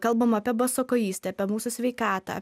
kalbama apie basakojystę apie mūsų sveikatą